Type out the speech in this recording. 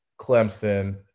Clemson